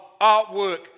artwork